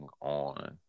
on